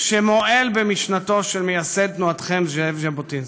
שמועל במשנתו של מייסד תנועתכם, זאב ז'בוטינסקי.